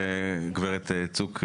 גב' צוק,